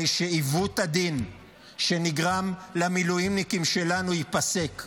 שעיוות הדין שנגרם למילואימניקים שלנו ייפסק.